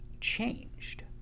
changed